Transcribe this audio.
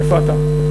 איפה אתה?